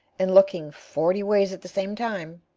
and looking forty ways at the same time,